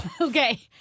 Okay